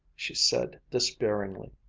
she said despairingly.